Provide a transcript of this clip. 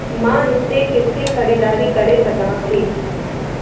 मां हिते किथे ख़रीदारी करे सघां थी